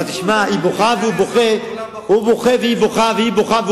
היא בוכה והוא בוכה, הוא בוכה והיא בוכה,